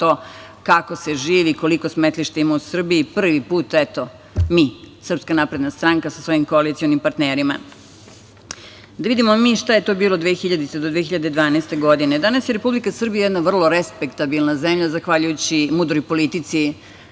to kako se živi i koliko smetlišta ima u Srbiji. Prvi put, eto, mi, SNS sa svojim koalicionim partnerima. Da vidimo mi šta je to bilo od 2000. do 2012. godine. Danas je Republika Srbija jedna vrlo respektabilna zemlja zahvaljujući mudroj politici